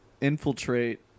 infiltrate